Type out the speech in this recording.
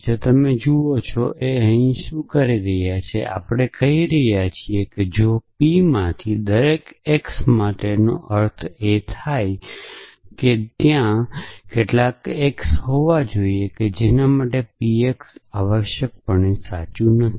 જો તમે જુઓ કે આપણે અહીં શું કહી રહ્યા છીએ તો આપણે કહી રહ્યા છીએ કે જો p માંથી દરેક x માટેનો અર્થ એ થાય કે કે ત્યાં કેટલાક x હોવા જોઈએ જે માટે px સાચું નથી